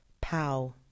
Pow